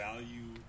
value